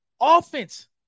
offense